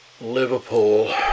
Liverpool